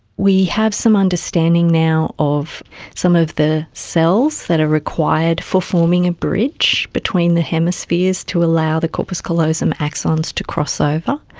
we have some understanding now of some of the cells that are required for forming a bridge between the hemispheres to allow the corpus callosum axons to cross over,